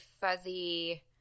fuzzy